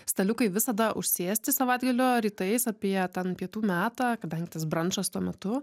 staliukai visada užsėsti savaitgalio rytais apie ten pietų metą kadangi tas brančas tuo metu